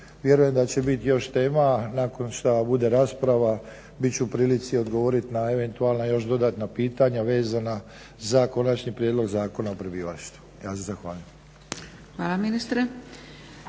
Vjerujem da će bit još tema nakon šta bude rasprava. Bit ću u prilici odgovorit na eventualna još dodatna pitanja vezan za Konačni prijedlog Zakona o prebivalištu. Ja se zahvaljujem.